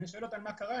אני שואל אותן: מה קרה?